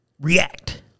React